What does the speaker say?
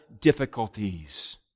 difficulties